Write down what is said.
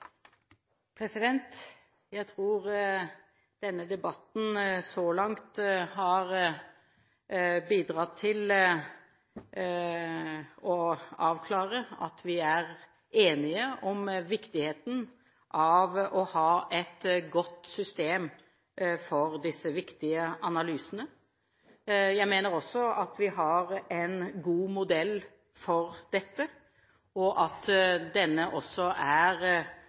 Jeg tror denne debatten så langt har bidratt til å avklare at vi er enige om viktigheten av å ha et godt system for disse viktige analysene. Jeg mener også at vi har en god modell for dette, og at denne er